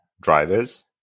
drivers